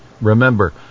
Remember